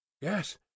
Yes